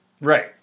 right